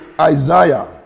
Isaiah